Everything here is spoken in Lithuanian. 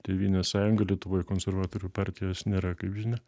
tėvynės sąjunga lietuvoje konservatorių partijos nėra kaip žinia